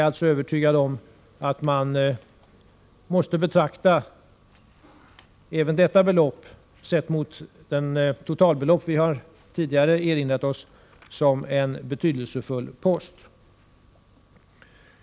Jag är övertygad om att man måste betrakta även detta belopp såsom en betydelsefull post.